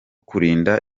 kurinda